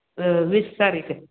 वीस तारीख आहे